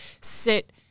sit